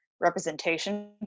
representation